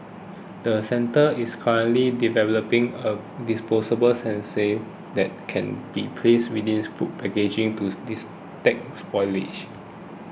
the centre is currently developing a disposable sensor that can be placed within food packaging to spoilage